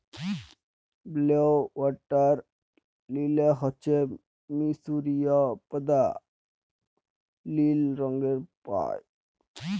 blue water lily হচ্যে মিসরীয় পদ্দা লিল রঙের পায়